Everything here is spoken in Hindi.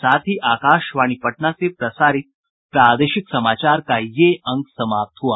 इसके साथ ही आकाशवाणी पटना से प्रसारित प्रादेशिक समाचार का ये अंक समाप्त हुआ